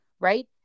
right